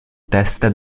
testa